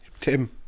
Tim